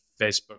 Facebook